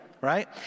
right